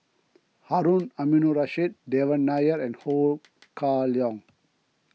Harun Aminurrashid Devan Nair and Ho Kah Leong